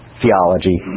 theology